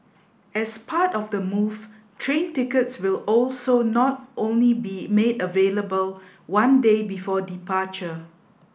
as part of the move train tickets will also not only be made available one day before departure